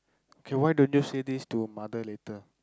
K why don't you say this to mother later